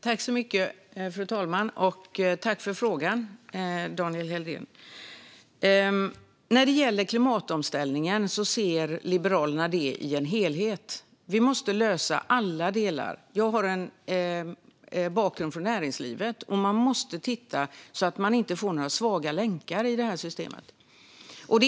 Fru talman! Tack för frågan, Daniel Helldén! När det gäller klimatomställningen ser Liberalerna det i en helhet. Vi måste lösa alla delar. Jag har en bakgrund i näringslivet. Man måste titta så att man inte får några svaga länkar i detta system.